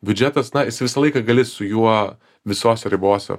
biudžetas na jis visą laiką gali su juo visose ribose